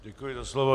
Děkuji za slovo.